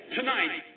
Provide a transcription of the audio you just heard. tonight